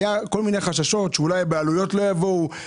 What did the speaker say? היו כל מיני חששות שאולי הבעלויות לא יבואו,